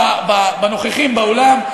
בנוכחים באולם,